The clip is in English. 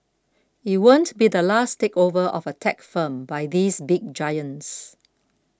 it won't be the last takeover of a tech firm by these big giants